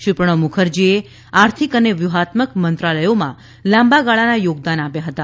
શ્રી પ્રણવ મુખર્જીએ આર્થિક અને વ્યૂહાત્મક મંત્રાલયોમાં લાંબા ગાળાના યોગદાન આપ્યા હતા